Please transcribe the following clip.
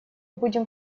будем